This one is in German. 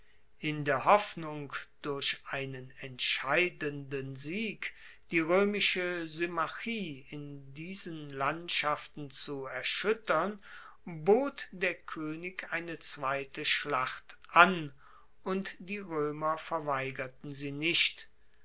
in der hoffnung durch einen entscheidenden sieg die roemische symmachie in diesen landschaften zu erschuettern bot der koenig eine zweite schlacht an und die roemer verweigerten sie nicht